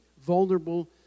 vulnerable